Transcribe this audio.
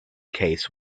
case